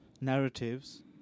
narratives